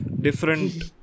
different